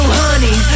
honey